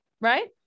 right